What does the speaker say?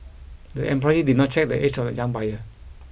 the employee did not check the age of the young buyer